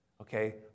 okay